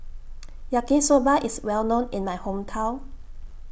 Yaki Soba IS Well known in My Hometown